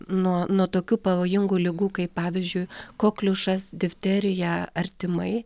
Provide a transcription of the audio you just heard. nuo nuo tokių pavojingų ligų kaip pavyzdžiui kokliušas difterija ar tymai